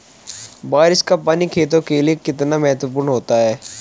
बारिश का पानी खेतों के लिये कितना महत्वपूर्ण होता है?